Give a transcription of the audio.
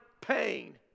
pain